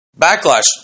Backlash